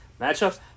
matchup